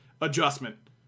adjustment